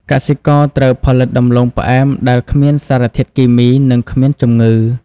កសិករត្រូវផលិតដំឡូងផ្អែមដែលគ្មានសារធាតុគីមី និងគ្មានជំងឺ។